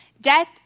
death